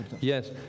Yes